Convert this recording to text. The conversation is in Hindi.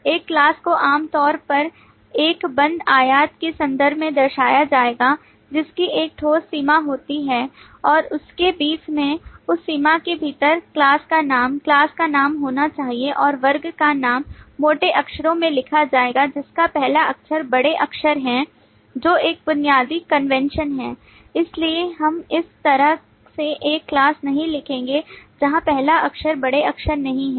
एक class को आम तौर पर एक बंद आयत के संदर्भ में दर्शाया जाएगा जिसकी एक ठोस सीमा होती है और उसके बीच में उस सीमा के भीतरclass का नामclass का नाम होना चाहिए और वर्ग का नाम मोटे अक्षरों में लिखा जाएगा जिसका पहला अक्षर बड़े अक्षर है जो एक बुनियादी कन्वेन्षन है इसलिए हम इस तरह से एक class नहीं लिखेंगे जहां पहला अक्षर बड़े अक्षर नहीं है